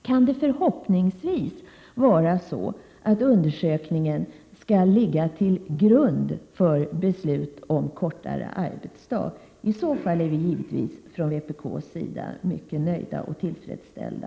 Kan det förhoppningsvis vara så att undersökningen skall ligga till grund för beslut om kortare arbetsdag? I så fall är vi givetvis från vpk:s sida mycket nöjda och tillfredsställda.